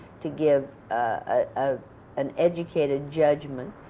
to give ah an educated judgment,